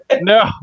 no